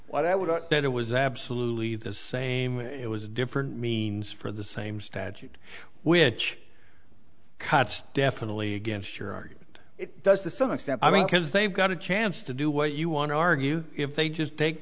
what i would that it was absolutely the same it was different means for the same statute which cuts definitely against your argument it does to some extent i mean because they've got a chance to do what you want to argue if they just take